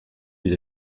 les